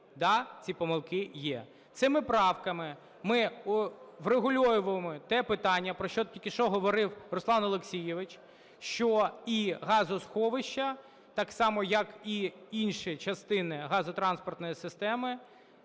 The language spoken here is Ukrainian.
ці помилки є. Цими правками ми врегульовуємо те питання, про що тільки що говорив Руслан Олексійович, що і газосховища так само, як і інші частини газотранспортної системи,